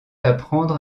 apprendre